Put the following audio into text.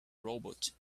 robot